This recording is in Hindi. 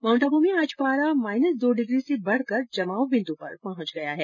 माउंट आबू में आज पारा माइनस दो डिग्री से बढ़कर जमाव बिन्दू पर पहुंच गया है